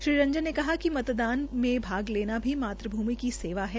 श्री रंजन ने कहा कि मतदान में भाग लेना भी मात्रभूमि की सेवा है